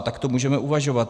Takto můžeme uvažovat.